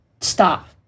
stop